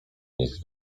mieć